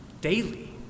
daily